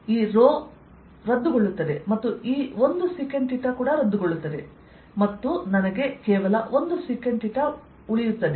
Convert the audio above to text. ಈ ರದ್ದುಗೊಳ್ಳುತ್ತದೆ ಮತ್ತು ಈ ಒಂದುsec ರದ್ದುಗೊಳ್ಳುತ್ತದೆ ಮತ್ತು ನನಗೆ ಕೇವಲ ಒಂದು sec ಉಳಿದಿದೆ